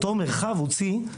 אותו מרחב הוציא,